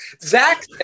Zach